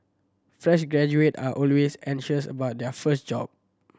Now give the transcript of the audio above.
fresh graduate are always anxious about their first job